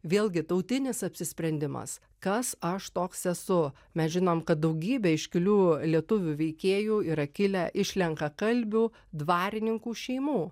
vėlgi tautinis apsisprendimas kas aš toks esu mes žinom kad daugybė iškilių lietuvių veikėjų yra kilę iš lenkakalbių dvarininkų šeimų